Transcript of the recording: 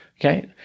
okay